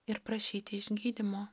ir prašyti išgydymo